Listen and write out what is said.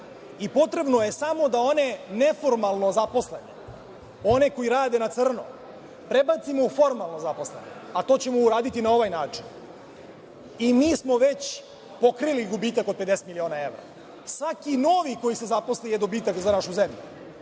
i potrebno je samo da one neformalno zaposlene, one koji rade na crno prebacimo u formalno zaposlene, a to ćemo uraditi na ovaj način i mi smo već pokrili gubitak od 50 miliona evra. Svaki novi koji se zaposli na dobitak za našu zemlju.